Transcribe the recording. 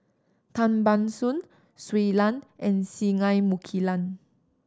Tan Ban Soon Shui Lan and Singai Mukilan